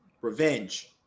revenge